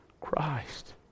Christ